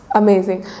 amazing